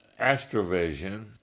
Astrovision